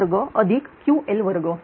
Pp2Ql2